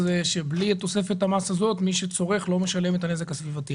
שבלי תוספת המס הזאת מי שצורך לא משלם את הנזק הסביבתי.